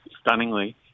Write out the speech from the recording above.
stunningly